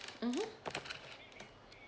mmhmm